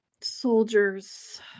soldiers